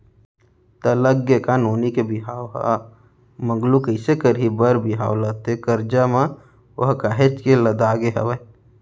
त लग गे का नोनी के बिहाव ह मगलू कइसे करही बर बिहाव ला ते करजा म ओहा काहेच के लदागे हवय